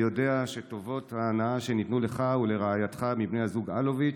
יודע שטובות ההנאה שניתנו לך ולרעייתך מבני הזוג אלוביץ'